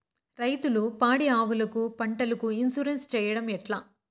రైతులు పాడి ఆవులకు, పంటలకు, ఇన్సూరెన్సు సేయడం ఎట్లా?